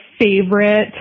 favorite